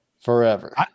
Forever